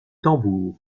tambour